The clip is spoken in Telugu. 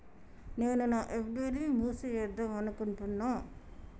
నేను నా ఎఫ్.డి ని మూసివేద్దాంనుకుంటున్న